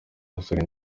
musore